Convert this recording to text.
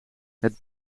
het